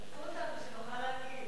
שתפו אותו, כדי שנוכל להגיב.